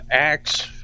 acts